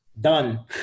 Done